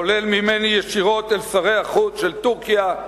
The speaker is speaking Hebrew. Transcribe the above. כולל ממני ישירות אל שרי החוץ של טורקיה,